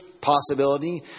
possibility